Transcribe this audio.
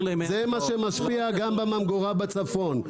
זה גם מה שמשפיע על הממגורה בצפון.